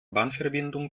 bahnverbindung